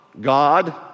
God